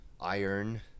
Iron